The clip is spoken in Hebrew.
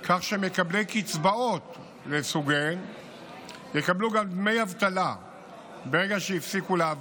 כך שמקבלי קצבאות לסוגיהן יקבלו גם דמי אבטלה ברגע שהפסיקו לעבוד.